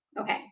Okay